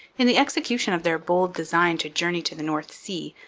in the execution of their bold design to journey to the north sea,